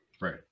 right